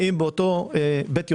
באים באותו בית יוצר,